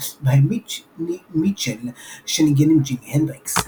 בהם מיטש מיטשל שניגן עם ג'ימי הנדריקס.